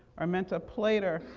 arminta plater,